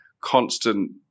constant